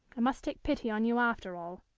i must take pity on you, after all.